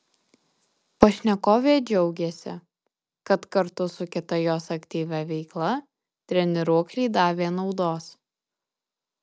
pašnekovė džiaugėsi kad kartu su kita jos aktyvia veikla treniruokliai davė naudos